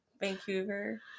Vancouver